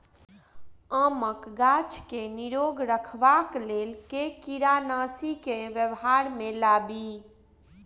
आमक गाछ केँ निरोग रखबाक लेल केँ कीड़ानासी केँ व्यवहार मे लाबी?